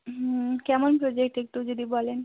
হুম কেমন প্রোজেক্ট একটু যদি বলেন